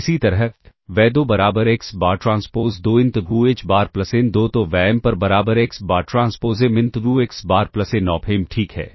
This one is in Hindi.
इसी तरह y 2 बराबर x बार ट्रांसपोज़ 2 इनटू h बार प्लस n 2 तो y m पर बराबर x बार ट्रांसपोज़ m इनटू x बार प्लस n ऑफ m ठीक है